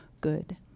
good